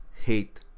hate